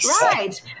Right